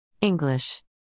English